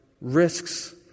risks